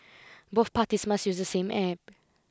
both parties must use the same App